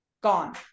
Gone